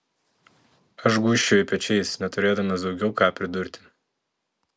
aš gūžčioju pečiais neturėdamas daugiau ką pridurti